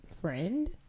friend